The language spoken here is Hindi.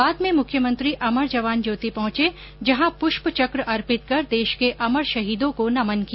बाद में मुख्यमंत्री अमर जवान ज्योति पहुंचे जहां पुष्प चक अर्पित कर देश के अमर शहीदों को नमन किया